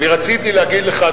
אני רציתי להגיד לך,